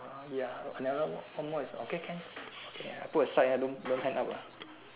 uh ya I never lah one more is okay can ya put aside ah don't don't hand up ah